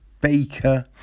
Baker